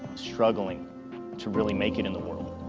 struggling to really make it in the world.